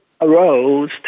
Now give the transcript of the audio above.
arose